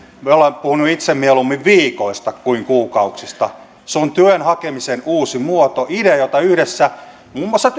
minä olen puhunut itse mieluummin viikoista kuin kuukausista se on työn hakemisen uusi muoto idea jota yhdessä muun muassa